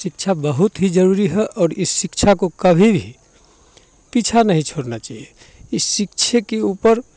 शिक्षा बहुत ही जरूरी है और इस शिक्षा को कभी भी पीछा नहीं छोड़ना चाहिए इस शिक्षा की ऊपर